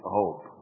hope